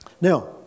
Now